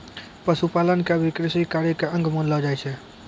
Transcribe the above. पशुपालन क भी कृषि कार्य के अंग मानलो जाय छै